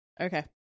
Okay